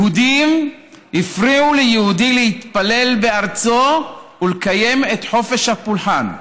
יהודים הפריעו ליהודי להתפלל בארצו ולקיים את חופש הפולחן.